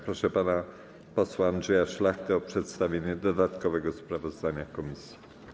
Proszę pana posła Andrzeja Szlachtę o przedstawienie dodatkowego sprawozdania komisji.